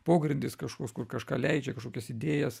pogrindis kažkoks kur kažką leidžia kažkokias idėjas